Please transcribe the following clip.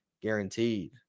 Guaranteed